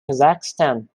kazakhstan